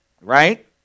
right